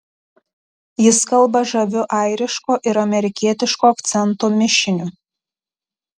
jis kalba žaviu airiško ir amerikietiško akcento mišiniu